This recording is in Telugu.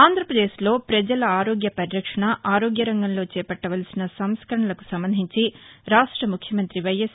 ఆంధ్రప్రదేశ్లో ప్రపజల ఆరోగ్య పరిరక్షణ ఆరోగ్య రంగంలో చేపట్లవలసిన సంస్కరణలకు సంబంధించి రాష్ట ముఖ్యమంతి వైఎస్